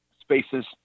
spaces